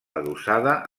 adossada